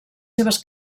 seves